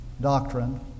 doctrine